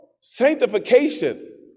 sanctification